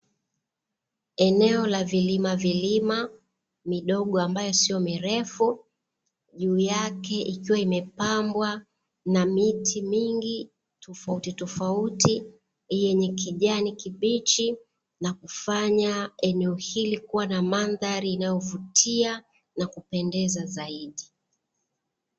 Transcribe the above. Eneo ya vilimavilima vidogo, ambayo sio mirefu juu, yake ikiwa imepambwa na miti mingi tofautitofauti yenye kijani kibichi, na kufanya eneo hili kuwa na madhari ya inayovutia na kupendeza zaidi.